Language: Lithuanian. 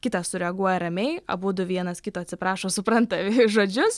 kitas sureaguoja ramiai abudu vienas kito atsiprašo supranta žodžius